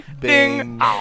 Bing